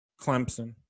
Clemson